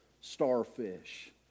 starfish